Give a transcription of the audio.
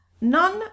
none